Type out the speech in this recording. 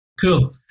Cool